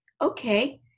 okay